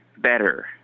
better